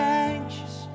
anxious